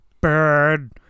bird